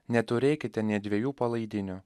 neturėkite nė dviejų palaidinių